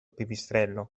pipistrello